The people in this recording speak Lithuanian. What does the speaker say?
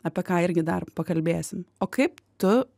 apie ką irgi dar pakalbėsim o kaip tu